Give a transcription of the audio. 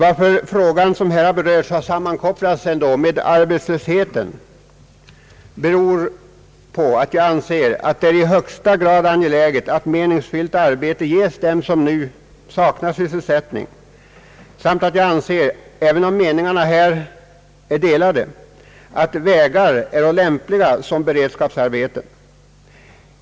Att frågan om vägbyggnaderna har sammankopplats med arbetslösheten beror på att jag anser det vara i högsta grad angeläget att meningsfyllt arbete ges dem som saknar sysselsättning samt att jag anser — även om meningarna här är delade — att vägbyggen är lämpliga som beredskapsarbeten.